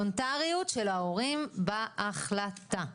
וולונטריות של ההורים בהחלטה,